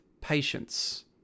patience